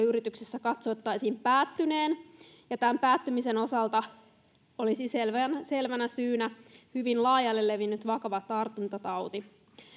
yrityksessä katsottaisiin päättyneen ja tämän päättymisen osalta olisi selvänä syynä hyvin laajalle levinnyt vakava tartuntatauti